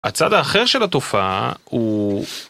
הצד האחר של התופעה הוא...